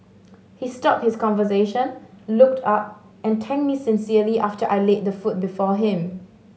he stopped his conversation looked up and thanked me sincerely after I laid the food before him